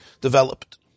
developed